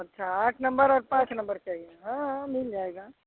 अच्छा आठ नम्बर और पाँच नम्बर चाहिए हाँ हाँ मिल जाएगा